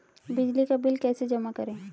बिजली का बिल कैसे जमा करें?